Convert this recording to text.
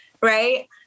right